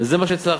וזה מה שהצלחתם.